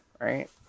right